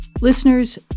Listeners